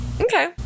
Okay